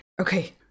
okay